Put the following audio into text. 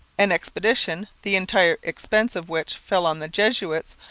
an expedition, the entire expense of which fell on the jesuits,